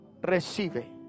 recibe